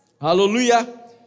Hallelujah